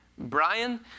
Brian